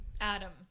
Adam